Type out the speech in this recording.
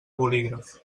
bolígraf